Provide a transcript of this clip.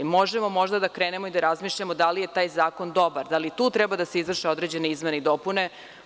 Možemo možda da krenemo i da razmišljamo da li je taj zakon dobar, da li tu treba da se izvrše određene izmene i dopune.